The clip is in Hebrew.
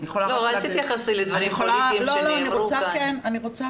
--- רק תתייחסי לדברים שנאמרו כאן.